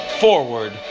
Forward